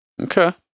Okay